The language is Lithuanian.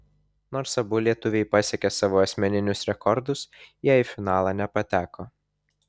nors abu lietuviai pasiekė savo asmeninius rekordus jie į finalą nepateko